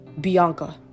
Bianca